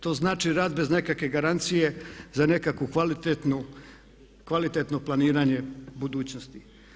To znači rad bez nekakve garancije za nekakvo kvalitetno planiranje budućnosti.